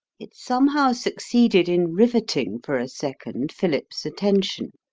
it somehow succeeded in riveting for a second philip's attention.